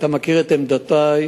אתה מכיר את עמדותי,